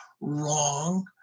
wrong